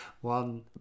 one